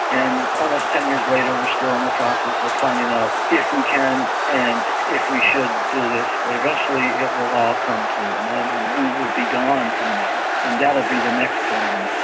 and almost ten years later we're still in the process of finding out if we can and if we should do this. but eventually it will all come to an end and we will be gone from there, and that will be the next turn.